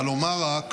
אבל אומר רק